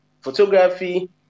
photography